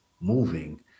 moving